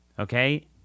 Okay